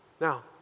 Now